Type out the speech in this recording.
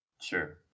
Sure